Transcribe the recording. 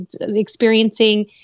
experiencing